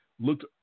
looked